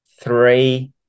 three